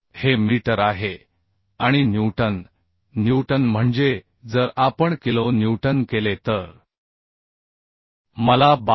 हे मीटर आहे आणि न्यूटन न्यूटन म्हणजे जर आपण किलो न्यूटन केले तर मला 12